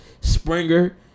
Springer